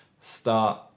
start